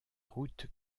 route